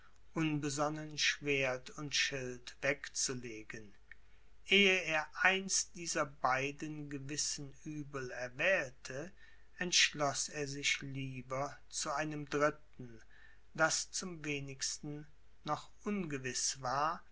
unbesonnen schwert und schild wegzulegen ehe er eins dieser beiden gewissen uebel erwählte entschloß er sich lieber zu einem dritten das zum wenigsten noch ungewiß war